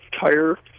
tire